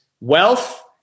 wealth